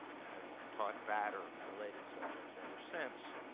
and i've taught that or related subjects ever since.